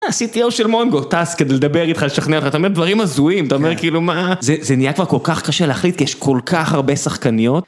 אה, ה-CTO של מונגו, טס, כדי לדבר איתך, לשכנע אותך, ואתה אומר דברים הזויים, אתה אומר, כאילו, מה? זה, זה נהיה כבר כל כך קשה להחליט, כי יש כל כך הרבה שחקניות,